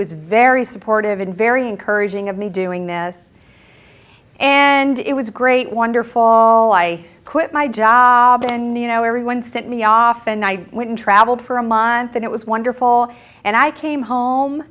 was very supportive and very encouraging of me doing this and it was great wonderful all i quit my job and you know everyone sent me off and i wouldn't traveled for a month and it was wonderful and i came home